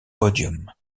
podium